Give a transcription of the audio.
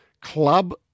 club